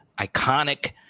iconic